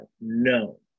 No